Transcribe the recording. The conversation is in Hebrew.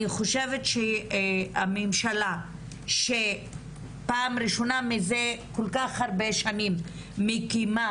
אני חושבת שהממשלה שפעם ראשונה מזה כל כך הרבה שנים מקימה